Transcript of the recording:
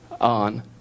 on